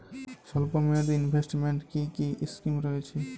স্বল্পমেয়াদে এ ইনভেস্টমেন্ট কি কী স্কীম রয়েছে?